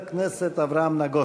חבר הכנסת אברהם נגוסה.